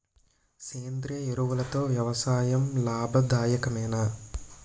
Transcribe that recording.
సేంద్రీయ ఎరువులతో వ్యవసాయం లాభదాయకమేనా?